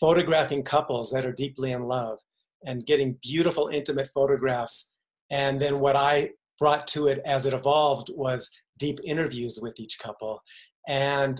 photographing couples that are deeply in love and getting beautiful intimate photographs and then what i brought to it as it evolved was deep interviews with each couple and